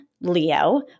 Leo